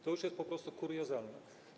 To już jest po prostu kuriozalne.